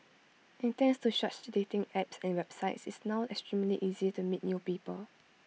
and thanks to such dating apps and websites it's now extremely easy to meet new people